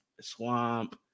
swamp